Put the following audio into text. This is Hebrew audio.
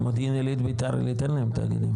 מודיעין עילית וביתר עילית אין לנו תאגידים.